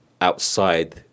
outside